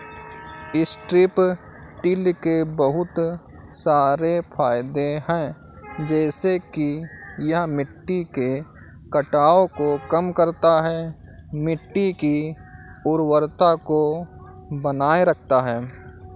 strip till के बहुत सारे फायदे हैं जैसे कि यह मिट्टी के कटाव को कम करता है, मिट्टी की उर्वरता को बनाए रखता है